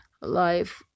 life